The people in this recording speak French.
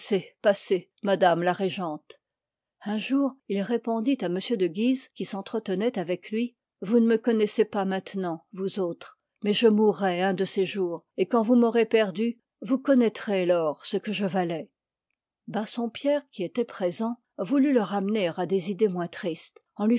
madame la régente un jour il répondit à m de guise qui s'entretenoit avec lui vous ne me connoissez pas maintenant vous autres mais je mourrai un de ces jours et quand vous m'aurez perdu vous connoîtrez lors ce que je valois bassorapierre qui étoit présent voulut le ramener à des idées moins tristes